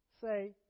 say